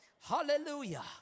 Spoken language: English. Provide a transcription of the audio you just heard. Hallelujah